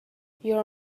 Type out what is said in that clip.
your